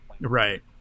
Right